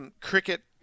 cricket